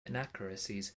inaccuracies